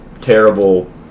terrible